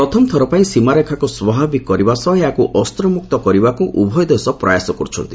ପ୍ରଥମଥର ପାଇଁ ସୀମାରେଖାକୁ ସ୍ୱାଭାବିକ କରିବା ସହ ଏହାକୁ ଅସ୍ତ୍ରମୁକ୍ତ କରିବାକୁ ଉଭୟ ଦେଶ ପ୍ରୟାସ କରୁଛନ୍ତି